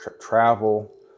travel